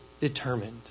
determined